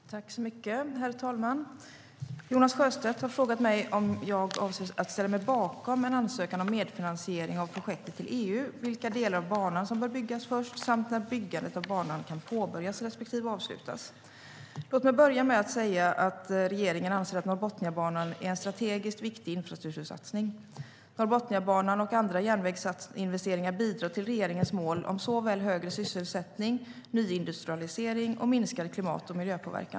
Svar på interpellationerLåt mig börja med att säga att regeringen anser att Norrbotniabanan är en strategiskt viktig infrastruktursatsning. Norrbotniabanan och andra järnvägsinvesteringar bidrar till regeringens mål om såväl högre sysselsättning som nyindustrialisering och minskad klimat och miljöpåverkan.